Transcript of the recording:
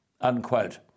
unquote